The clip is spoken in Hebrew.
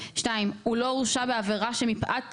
(2)הוא לא הורשע שבעבירה שמפאת מהותה,